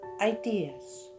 ideas